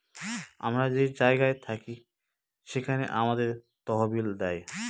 আমরা যে জায়গায় থাকি সেখানে আমাদের তহবিল দেয়